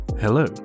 Hello